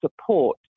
support